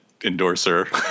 endorser